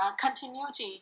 continuity